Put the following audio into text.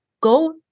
go